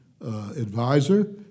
advisor